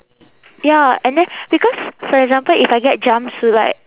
ya and then because for example if I get jumpsuit like